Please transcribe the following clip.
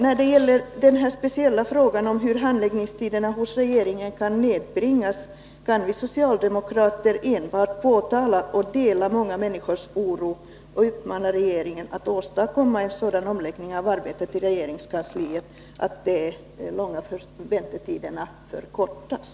När det gäller den speciella frågan om hur handläggningstiderna hos regeringen skall kunna nedbringas kan vi socialdemokrater enbart påtala förhållandet och dela många människors oro samt uppmana regeringen att åstadkomma en sådan omläggning av arbetet i regeringskansliet att de långa väntetiderna förkortas.